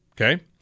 Okay